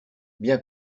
bien